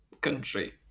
country